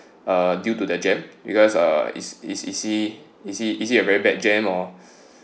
uh due to the jam because uh is is is he is he is it a very bad jam or